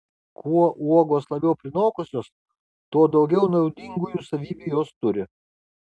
kuo uogos labiau prinokusios tuo daugiau naudingųjų savybių jos turi